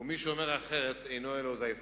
ומי שאומר אחרת אינו אלא זייפן.